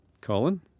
Colin